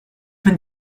been